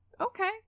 Okay